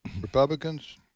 Republicans